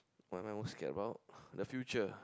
what am I most scared about the future